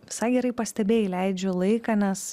visai gerai pastebėjai leidžiu laiką nes